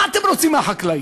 מה אתם רוצים מהחקלאי?